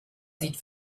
sieht